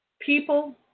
People